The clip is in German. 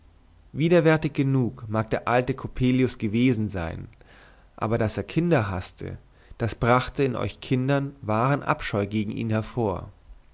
widerwärtig genug mag der alte coppelius gewesen sein aber daß er kinder haßte das brachte in euch kindern wahren abscheu gegen ihn hervor